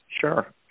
Sure